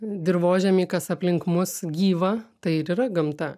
dirvožemy kas aplink mus gyva tai ir yra gamta